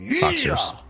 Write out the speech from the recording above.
boxers